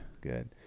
Good